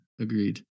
agreed